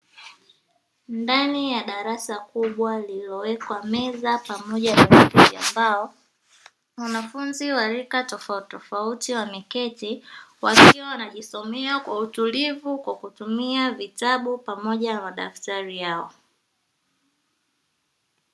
Ndnai ya darasa kubwa lililowekwa meza pamoja na za mbao, wanafunzi wa rika tofautitofauti wameketi wakiwa wanajisomea kwa utulivu, kwa kutumia vitabu pamoja na madaftari yao.